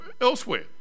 elsewhere